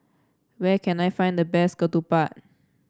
where can I find the best ketupat